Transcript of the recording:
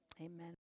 Amen